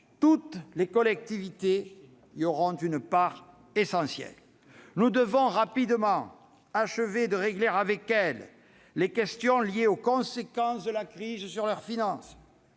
Toutes les collectivités territoriales y auront une part essentielle. Nous devons rapidement achever de régler avec elles les questions liées aux conséquences de la crise sur leurs finances,